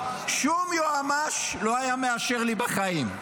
שום יועמ"ש לא היה מאשר לי בחיים.